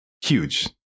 Huge